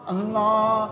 Allah